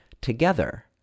together